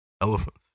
Elephants